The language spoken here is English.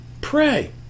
Pray